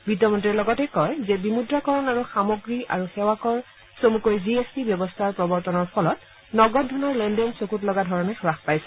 বিত্তমন্তীয়ে লগতে কয় যে বিমুদ্ৰাকৰণ আৰু সামগ্ৰী আৰু সেৱাকৰ চমুকৈ জি এছ টি ব্যৱস্থাৰ প্ৰৱৰ্তনৰ ফলত নগদ ধনৰ লেনদেন চকুত লগা ধৰণে হাস পাইছে